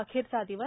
अखेरचा दिवस